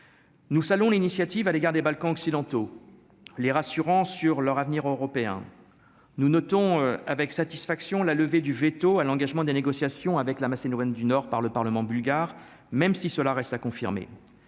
Nous saluons l'initiative à l'égard des Balkans occidentaux les rassurant sur leur avenir européen nous notons avec satisfaction la levée du véto à l'engagement des négociations avec la Macédoine du Nord par le parlement bulgare, même si cela reste à confirmer,